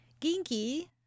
Ginky